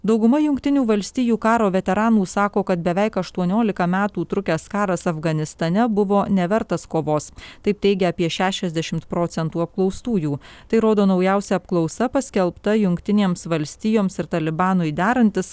dauguma jungtinių valstijų karo veteranų sako kad beveik aštuoniolika metų trukęs karas afganistane buvo nevertas kovos taip teigia apie šešiasdešimt procentų apklaustųjų tai rodo naujausia apklausa paskelbta jungtinėms valstijoms ir talibanui derantis